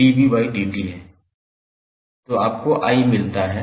तो आपको 𝑖 मिलता है